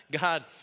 God